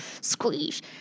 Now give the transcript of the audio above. Squeeze